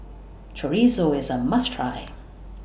Chorizo IS A must Try